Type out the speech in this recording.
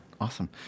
Awesome